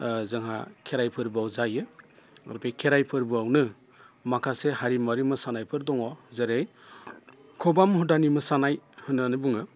जोंहा खेराइ फोरबोआव जायो आरो बे खेराइ फोरबोआवनो माखासे हारिमुवारि मोसानायफोर दङ जेरै खबाम हुदानि मोसानाय होननानै बुङो